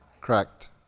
Correct